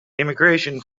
immigration